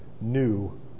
new